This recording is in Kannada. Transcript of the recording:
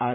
ಆರ್